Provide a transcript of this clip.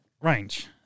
range